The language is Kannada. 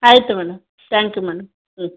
ಆಯಿತು ಮೇಡಮ್ ತ್ಯಾಂಕ್ ಯು ಮೇಡಮ್ ಹ್ಞೂ